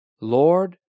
Lord